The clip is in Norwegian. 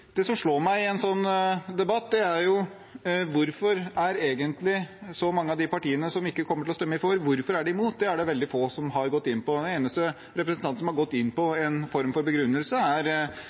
Det som slår meg i en sånn debatt, er: Hvorfor er egentlig så mange av de partiene som ikke kommer til å stemme for, imot? Det er det veldig få som har gått inn på. Den eneste representanten som har gått inn på en form for begrunnelse, er